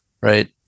Right